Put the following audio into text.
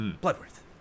Bloodworth